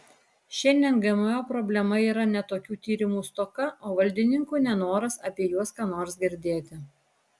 šiandien gmo problema yra ne tokių tyrimų stoka o valdininkų nenoras apie juos ką nors girdėti